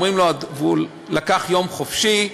והוא לקח יום חופשה.